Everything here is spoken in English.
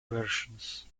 versions